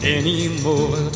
anymore